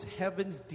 heaven's